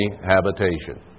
habitation